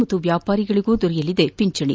ಮತ್ತು ವ್ಯಾಪಾರಿಗಳಿಗೂ ದೊರೆಯಲಿದೆ ಪಿಂಚಣೆ